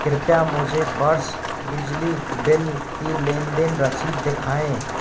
कृपया मुझे वर्ष बिजली बिल की लेन देन रसीद दखाएँ